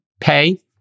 Pay